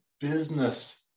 business